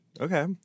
Okay